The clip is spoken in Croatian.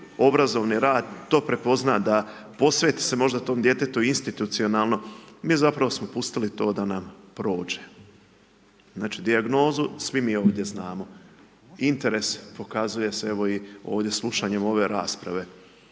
obrazovni rad, to prepozna, da posveti se možda tom djetetu institucionalno i mi zapravo smo putili to da nam prođe. Znači dijagnozu, svi mi ovdje znamo, interes pokazuje se evo i ovdje slušanjem ove rasprave.